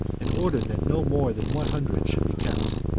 and ordered that no more than one hundred should be kept.